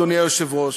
אדוני היושב-ראש,